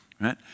right